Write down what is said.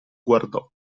guardò